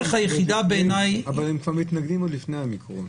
אבל הם מתנגדים עוד לפני ה-אומיקרון.